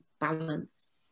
balance